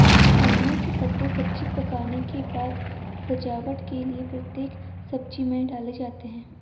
धनिया के पत्ते सब्जी पकने के बाद सजावट के लिए प्रत्येक सब्जी में डाले जाते हैं